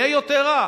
יהיה יותר רע.